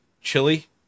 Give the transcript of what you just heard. chili